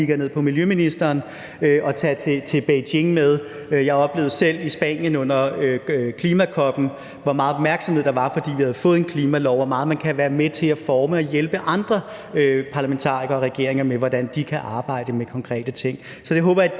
her kigger jeg ned på miljøministeren – at tage til Beijing med. Jeg oplevede selv under klima-COP25 i Spanien, hvor meget opmærksomhed der var, fordi vi havde fået en klimalov, og hvor meget man kan være med til at forme og hjælpe andre parlamentarikere og regeringer med, hvordan de kan arbejde med konkrete ting.